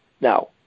Now